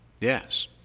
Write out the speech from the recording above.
Yes